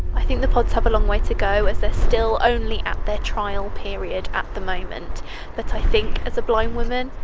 i think the pods have a long way to go as they're ah still only at their trial period at the moment but i think, as a blind woman,